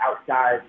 outside